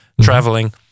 traveling